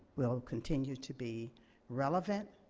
we'll continue to be relevant.